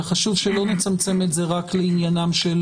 וחשוב שלא נצמצם את זה רק לעניינם של